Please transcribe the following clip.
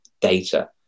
data